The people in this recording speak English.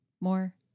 more